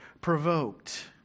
provoked